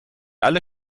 alle